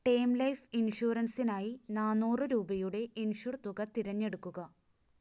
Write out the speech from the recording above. term life ഇൻഷുറൻസിനായി നാന്നൂറ് രൂപയുടെ ഇൻഷൂർ തുക തിരഞ്ഞെടുക്കുക